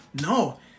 No